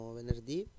venerdì